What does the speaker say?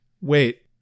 wait